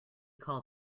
call